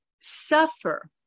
suffer